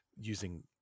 Using